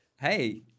Hey